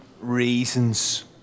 reasons